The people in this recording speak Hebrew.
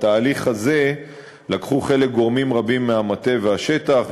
בתהליך הזה לקחו חלק גורמים רבים מהמטה והשטח,